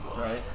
Right